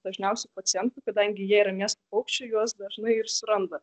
dažniausių pacientų kadangi jie yra miesto paukščiai juos dažnai ir suranda